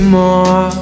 more